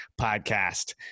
podcast